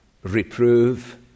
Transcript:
Reprove